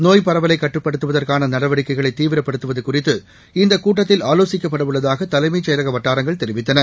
நோய்ப் பரவலை கட்டுப்படுத்துவதற்கான நடவடிக்கைகளை தீவிரப்படுத்துவது குறித்து இந்தக் கூட்டத்தில் ஆலோசிக்கப்படவுள்ளதாக தலைமைச் செயலக வட்டாரங்கள் தெரிவித்தன